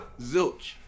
Zilch